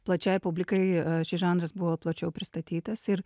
plačiai publikai šis žanras buvo plačiau pristatytas ir